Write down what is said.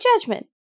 judgment